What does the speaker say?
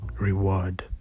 Reward